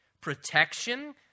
protection